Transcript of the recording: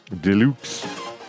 Deluxe